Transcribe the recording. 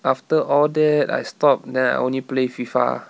after all that I stop then I only play FIFA